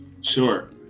Sure